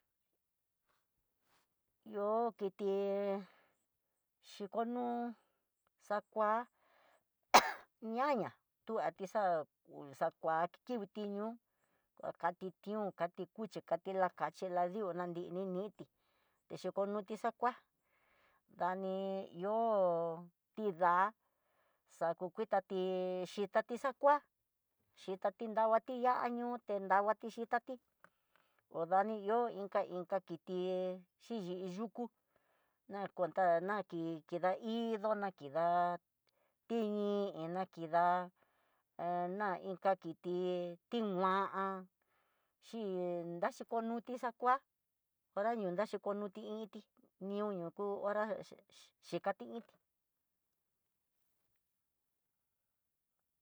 Ihó kiti xhikonú xakua ñaña kuati xa xakua kivitinó vakati tión kati cuchí kati la kaxhi la di'ó, nanri ni tí teyokoxhi xakuá, dani ihó nrida xako xhikuitati yitati xakua, xhikati nravati tiya nriuté, nraguati yitati ho dani inka inka kiti xhiyi yukú, nakonta naki kidahí doná kida tin dona hida ha nan iin kaki tí timu'á, xhin daxhi kunuti xakua, hora no ñaxi konduti iti niuno hu hora xhe xi xhikati inti.